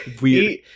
weird